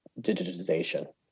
digitization